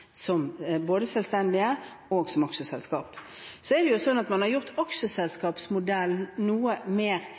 både som selvstendige og som aksjeselskap. Man har gjort aksjeselskapsmodellen noe mer gunstig med de endringene som er gjort